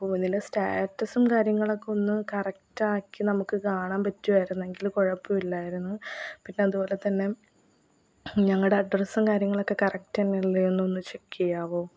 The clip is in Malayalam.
അപ്പോൾ ഇതിൻ്റെ സ്റ്റാറ്റസും കാര്യങ്ങളൊക്കെ ഒന്നു കറക്റ്റാക്കി നമുക്ക് കാണാൻ പറ്റുമായിരുന്നെങ്കിൽ കുഴപ്പമില്ലായിരുന്നു പിന്നതുപോലെ തന്നെ ഞങ്ങളുടെ അഡ്രസ്സും കാര്യങ്ങളൊക്കെ കറക്റ്റ് തന്നെയല്ലേയെന്ന് ഒന്ന് ചെക്ക് ചെയ്യാമോ